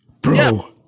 bro